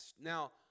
Now